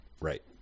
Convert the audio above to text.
right